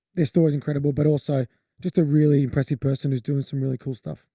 their story's incredible, but also just a really impressive person who's doing some really cool stuff.